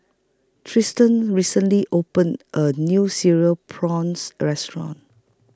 Triston recently opened A New Cereal Prawns Restaurant